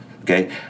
okay